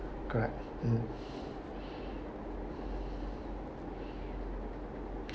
correct mmhmm